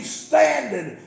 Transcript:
standing